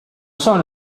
son